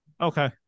Okay